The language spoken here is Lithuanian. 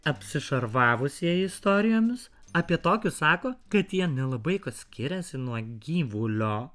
apsišarvavusieji istorijomis apie tokius sako kad jie nelabai kuo skiriasi nuo gyvulio